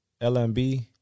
LMB